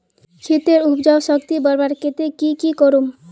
खेतेर उपजाऊ शक्ति बढ़वार केते की की करूम?